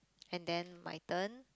and then my turn